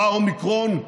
בא האומיקרון,